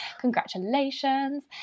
congratulations